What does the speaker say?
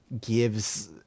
gives